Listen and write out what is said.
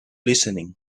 listening